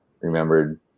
remembered